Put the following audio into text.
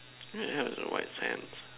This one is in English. heard there is a white sands